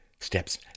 steps